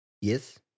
Yes